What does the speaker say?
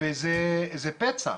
זה פצע